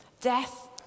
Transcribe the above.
Death